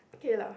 okay lah